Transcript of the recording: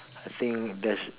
I think that's